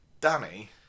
Danny